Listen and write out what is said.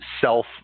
self